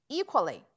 equally